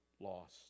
lost